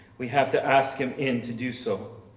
we have to ask him in to do so.